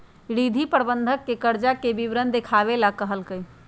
रिद्धि प्रबंधक के कर्जा के विवरण देखावे ला कहलकई